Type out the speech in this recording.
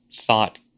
thought